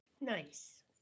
Nice